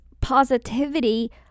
positivity